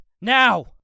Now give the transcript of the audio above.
Now